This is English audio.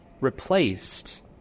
Replaced